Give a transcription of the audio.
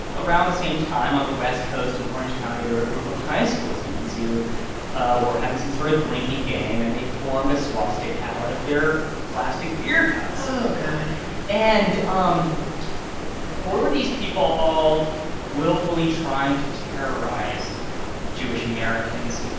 around the same time on the west coast in orange county, there were a group of high school students who ah were having some sort of drinking game. and they formed a swastika out of their plastic beer cups oh, god and um were these people all willfully trying to terrorize jewish-americans?